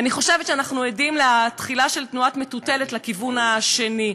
אני חושבת שאנחנו עדים לתחילה של תנועת מטוטלת לכיוון השני,